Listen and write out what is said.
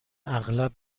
اغلب